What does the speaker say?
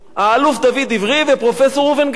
האלוף דוד עברי ופרופסור ראובן גל.